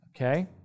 okay